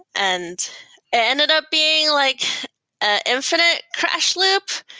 and ended up being like an infinite crash loop.